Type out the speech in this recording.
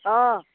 অঁ